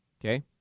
Okay